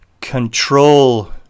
control